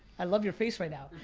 i love your face right now.